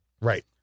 Right